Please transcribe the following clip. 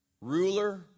ruler